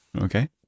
Okay